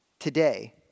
Today